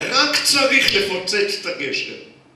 רק צריך לפוצץ את הגשר